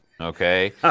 Okay